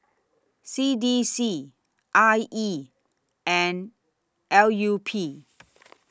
C D C I E and L U P